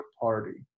party